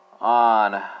on